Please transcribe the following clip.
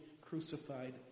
crucified